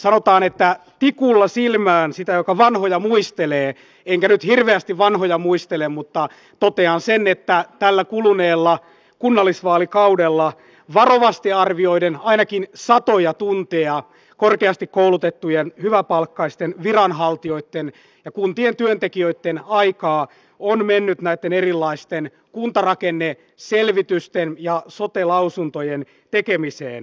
sanotaan että tikulla silmään sitä joka vanhoja muistelee enkä nyt hirveästi vanhoja muistele mutta totean sen että tällä kuluneella kunnallisvaalikaudella varovasti arvioiden ainakin satoja tunteja korkeasti koulutettujen hyväpalkkaisten viranhaltijoitten ja kuntien työntekijöitten aikaa on mennyt näitten erilaisten kuntarakenneselvitysten ja sote lausuntojen tekemiseen